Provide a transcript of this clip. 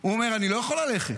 הוא אומר: אני לא יכול ללכת,